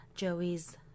Joey's